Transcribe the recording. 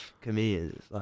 comedians